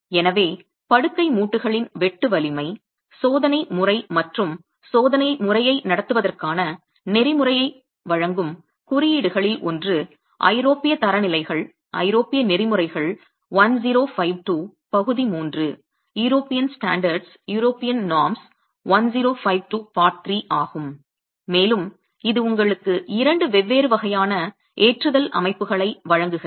எனவே படுக்கை மூட்டுகளின் வெட்டு வலிமை சோதனை முறை மற்றும் சோதனை முறையை நடத்துவதற்கான நெறிமுறையை வழங்கும் குறியீடுகளில் ஒன்று ஐரோப்பிய தரநிலைகள் ஐரோப்பிய நெறிமுறைகள் 1052 பகுதி 3 ஆகும் மேலும் இது உங்களுக்கு இரண்டு வெவ்வேறு வகையான ஏற்றுதல் அமைப்புகளை வழங்குகிறது